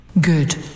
Good